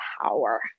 power